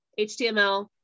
html